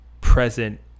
present